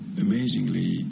amazingly